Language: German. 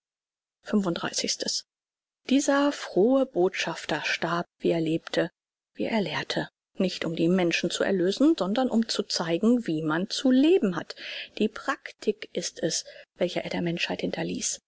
dieser frohe botschafter starb wie er lebte wie er lehrte nicht um die menschen zu erlösen sondern um zu zeigen wie man zu leben hat die praktik ist es welche er der menschheit hinterließ